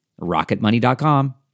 rocketmoney.com